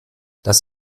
das